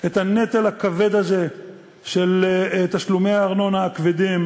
את הנטל הכבד הזה של תשלומי הארנונה הכבדים,